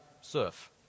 surf